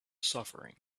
suffering